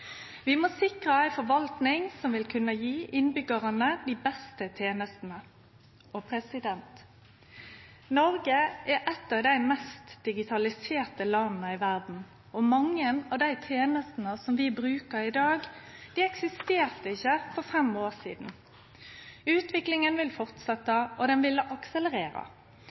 Vi må sikre ei forvalting som vil kunne gje innbyggjarane dei beste tenestene. Noreg er eit av dei mest digitaliserte landa i verda. Mange av dei tenestene som vi bruker i dag, eksisterte ikkje for fem år sidan. Utviklinga vil fortsetje, og